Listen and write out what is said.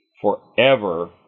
forever